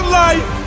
life